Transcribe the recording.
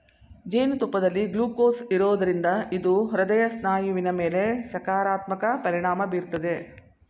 ಜೇನುತುಪ್ಪದಲ್ಲಿ ಗ್ಲೂಕೋಸ್ ಇರೋದ್ರಿಂದ ಇದು ಹೃದಯ ಸ್ನಾಯುವಿನ ಮೇಲೆ ಸಕಾರಾತ್ಮಕ ಪರಿಣಾಮ ಬೀರ್ತದೆ